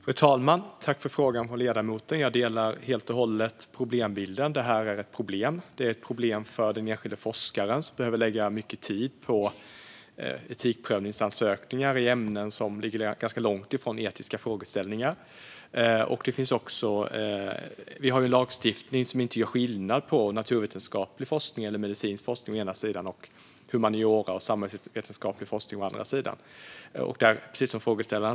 Fru talman! Jag tackar ledamoten för frågan. Jag delar helt och hållet bilden att det här är ett problem. Det är ett problem för den enskilda forskare som behöver lägga mycket tid på etikprövningsansökningar i ämnen som ligger ganska långt från etiska frågeställningar. Vi har en lagstiftning som inte gör skillnad på å ena sidan naturvetenskaplig eller medicinsk forskning och å andra sidan humaniora eller samhällsvetenskaplig forskning.